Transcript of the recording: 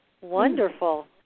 Wonderful